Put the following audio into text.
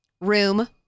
Room